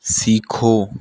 सीखो